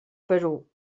perú